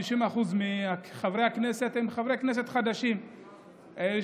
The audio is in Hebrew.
50% מחברי הכנסת הם חברי כנסת חדשים כמוני.